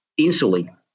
insulin